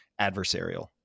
adversarial